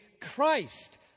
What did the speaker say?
Christ